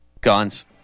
guns